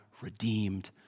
redeemed